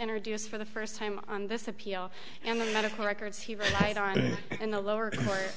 introduce for the first time on this appeal and the medical records he relied on in the lower court